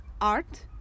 art